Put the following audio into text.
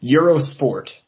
Eurosport